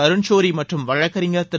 அருண் ஷோரி மற்றும் வழக்கறிஞர் திரு